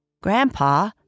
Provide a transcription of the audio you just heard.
Grandpa